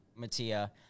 matia